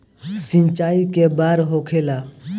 सिंचाई के बार होखेला?